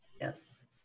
yes